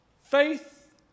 faith